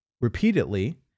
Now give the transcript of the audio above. repeatedly